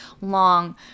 long